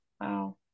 Wow